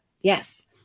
Yes